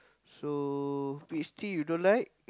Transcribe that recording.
so peach tea you don't like